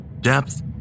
Depth